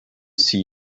see